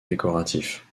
décoratifs